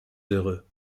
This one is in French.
heureux